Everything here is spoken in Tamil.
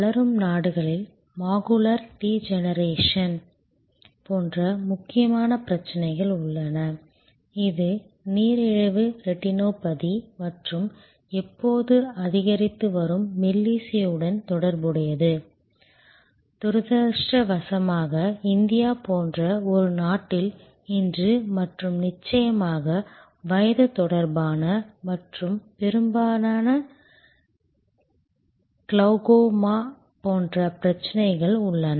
வளரும் நாடுகளில் மாகுலர் டிஜெனரேஷன் போன்ற முக்கியமான பிரச்சனைகள் உள்ளன இது நீரிழிவு ரெட்டினோபதி மற்றும் எப்போதும் அதிகரித்து வரும் மெல்லிசையுடன் தொடர்புடையது துரதிர்ஷ்டவசமாக இந்தியா போன்ற ஒரு நாட்டில் இன்று மற்றும் நிச்சயமாக வயது தொடர்பான மற்றும் பெரும்பாலும் கிளௌகோமா போன்ற பிரச்சனைகள் உள்ளன